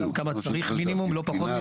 כמה צריך מינימום ולא פחות מזה?